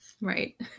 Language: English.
Right